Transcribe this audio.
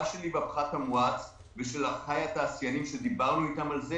שלי בפחת המואץ ושל אחיי התעשיינים שדיברנו איתם על זה